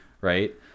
right